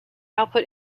output